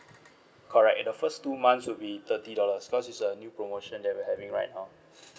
correct the first two months will be thirty dollars cause it's a new promotion that we're having right now